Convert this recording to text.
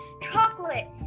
chocolate